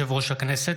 ברשות יושב-ראש הכנסת,